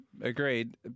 agreed